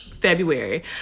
February